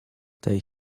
tej